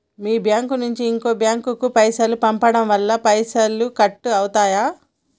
మీ bank నుంచి ఇంకో bank కు పైసలు పంపడం వల్ల పైసలు కట్ అవుతయా?